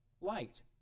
light